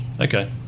Okay